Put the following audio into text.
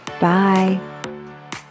Bye